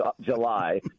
July